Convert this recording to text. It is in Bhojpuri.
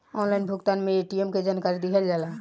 ऑनलाइन भुगतान में ए.टी.एम के जानकारी दिहल जाला?